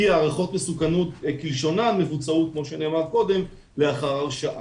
כי הערכות מסוכנות כלשונן מבוצעות כמו שנאמר קודם לאחר הרשעה.